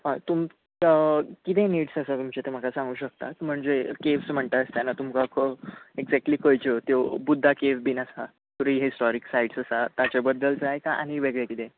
हय तुम किदें निड्स आसा तुमचे ते म्हाका सांगूं शकता म्हणजे केव्ज म्हणटा आसताना तुमकां खं एग्जॅक्ट्ली खंयच्यो त्यो बुद्दा केव बीन आसा प्रिहिस्टॉरीक सायट्स आसा ताच्या बद्दल जाय का आनी वेगळें किदें